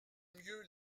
mieux